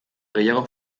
gehiago